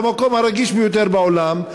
במקום הרגיש ביותר בעולם,